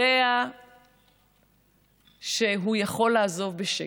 יודע שהוא יכול לעזוב בשקט,